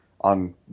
on